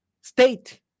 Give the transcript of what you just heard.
state